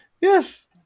Yes